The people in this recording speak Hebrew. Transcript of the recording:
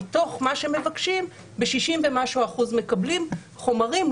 מתוך מה שמבקשים ב-60% ומשהו מקבלים חומרים,